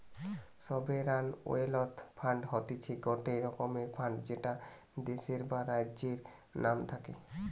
sovereign wealth fund হতিছে গটে রকমের ফান্ড যেটা দেশের বা রাজ্যের নাম থাকে